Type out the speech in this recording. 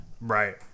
Right